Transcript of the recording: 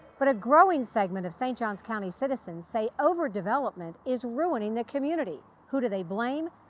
but a growing segment of st. johns county citizens say over-development is ruining the community. who do they blame?